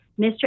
Mr